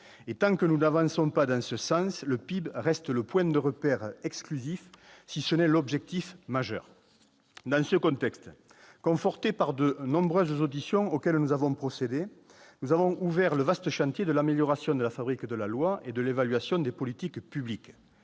Et tant que nous n'avançons pas dans ce sens, le PIB reste le point de repère exclusif, si ce n'est l'objectif majeur. Dans ce contexte, confortés par de nombreuses auditions auxquelles nous avons procédé, nous avons ouvert le vaste chantier de l'amélioration de la fabrique de la loi et de l'évaluation des politiques publiques.